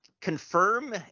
confirm